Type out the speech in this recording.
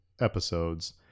episodes